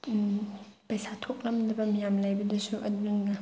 ꯄꯩꯁꯥ ꯊꯣꯛꯂꯝꯗꯕ ꯃꯌꯥꯝ ꯂꯩꯕꯗꯨꯁꯨ ꯑꯗꯨꯅ